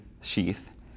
sheath